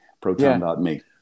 proton.me